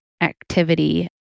activity